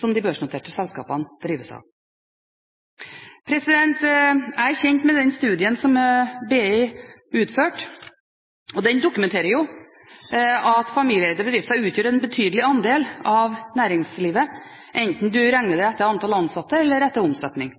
som de børsnoterte selskapene drives av. Jeg er kjent med den studien som BI utførte. Den dokumenterer at familieeide bedrifter utgjør en betydelig andel av næringslivet, enten du regner det etter antall ansatte eller etter omsetning.